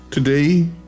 Today